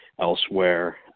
elsewhere